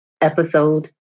Episode